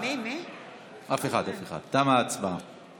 אחרי זה אנחנו עוברים להצעת חוק הרבנות